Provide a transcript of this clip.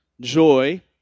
joy